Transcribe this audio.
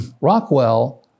Rockwell